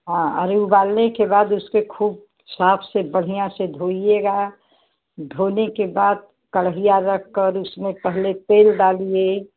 हाँ अरे उबालने के बाद उसके ख़ूब साफ से बढ़िया से धोइएगा धोने के बाद कढ़ाई रख कर उसमें पहले तेल डालिए